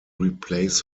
replace